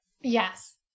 Yes